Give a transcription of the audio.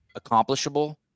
accomplishable